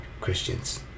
Christians